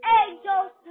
angels